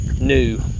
new